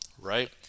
Right